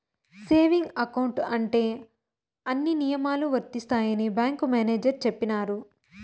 saving account ఉంటే అన్ని నియమాలు వర్తిస్తాయని బ్యాంకు మేనేజర్ చెప్పినారు